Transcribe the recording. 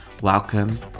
Welcome